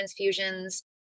transfusions